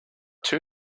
two